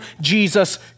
Jesus